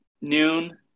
noon